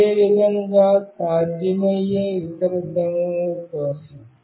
అదేవిధంగా సాధ్యమయ్యే ఇతర ధోరణుల కోసం